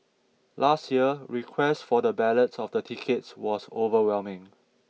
last year request for the ballots of the tickets was overwhelming